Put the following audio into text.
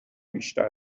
بیشتر